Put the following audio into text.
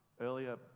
Earlier